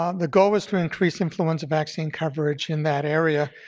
um the goal was to increase influenza vaccine coverage in that area.